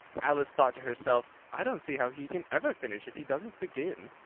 alice thought to herself, i don't see how he can ever finish, if he doesn't begin.